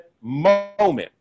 moment